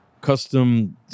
custom